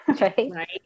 right